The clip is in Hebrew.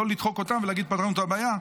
לא לדחוק אותם ולהגיד: פתרנו את הבעיה,